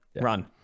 run